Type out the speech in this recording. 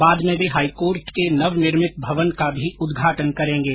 बाद में वे हाईकोर्ट के नव निर्मित भवन का भी उदघाटन करेंगे